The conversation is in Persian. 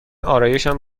آرایشم